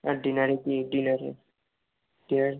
আর ডিনারে কী ডিনারে ডিনার